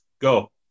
go